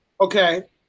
Okay